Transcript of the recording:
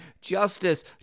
Justice